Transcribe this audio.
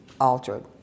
altered